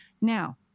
Now